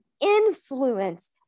influence